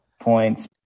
points